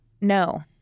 No